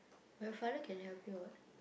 your father can help you [what]